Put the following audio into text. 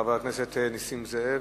חבר הכנסת נסים זאב?